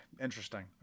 Interesting